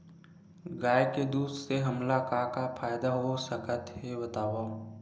गाय के दूध से हमला का का फ़ायदा हो सकत हे बतावव?